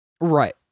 Right